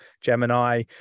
Gemini